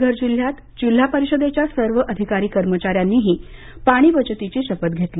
पालघर जिल्ह्यात जिल्हा परिषदेच्या सर्व अधिकारी कर्मचाऱ्यांनीही पाणी बचतीची शपथ घेतली